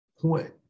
point